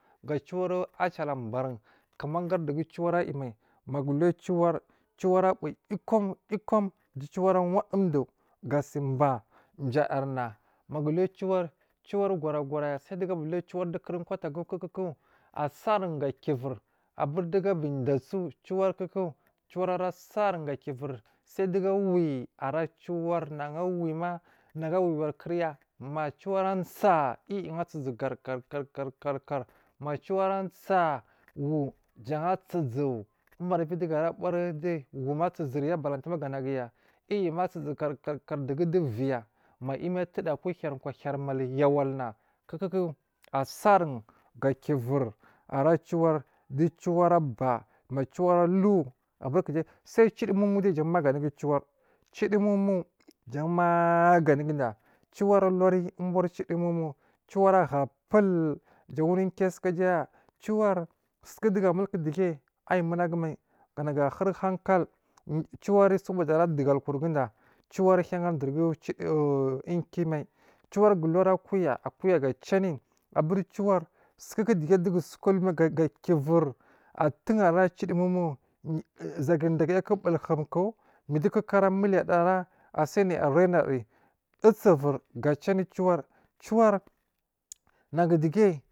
Ku ciwar asi barin kumagar dowogu ciwar ayimai maga uliya ciwar ciwar abuwo ikam ikam ga ciwar awodu du ga siba jayar na ciwar gora goraya maga uliya ciwar gora gora sai dawogu abaliya ciwar du kur kolagu a sari gokivir abundugu aba de so ciwar so ciwar asarin ga kivir sai dugu awi ara ciwar nagun awima naga awiwargurya ma ciwar ansa. Iyi iyi asuzukar kar kar ma ciwar ansaa wo jan a suzu wo jan asuzu woma asusuriya malitima ganagu dugu du viya ma imi atudu a kwo hiya kwa hiyar mul yawalna kuku asarin ga kivir ara ciwar du ciwar aba ma ciwar alu abur kujai, sai cidimoma jan maganigu ciwar cidimo jan maganigu ciwar cimo mo jan magani guda ciwar aluya umbur cidi momo ciwar a ha pul jan wanu iki asuka jaya ciwar sukudugu amulku dige ayi munagu mai ganagu ahuri hankal ciwar sobodara dugal kurguda ciwar hiya dugur cidi ukimai ciwar ga luya akuya akuya ga ciwo anuiyi abur ciwar sukukudige dugu suka lamaai ga kivir ara cidimomo zaguri deyaguyaku bulgumka midu koko ara miliya da, ra sai nai a rai nadari uzuvir ga ciwo anu ciwar, ciwar nagudige ganagum amul hankal.